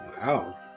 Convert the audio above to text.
Wow